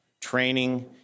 training